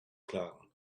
klagen